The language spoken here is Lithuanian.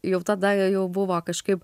jau tada jau buvo kažkaip